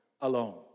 alone